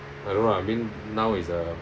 I don't know ah I mean now is a